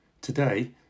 today